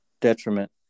detriment